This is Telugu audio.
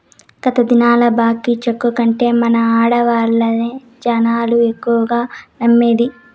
గత దినాల్ల బాంకీ చెక్కు కంటే మన ఆడ్డర్లనే జనాలు ఎక్కువగా నమ్మేది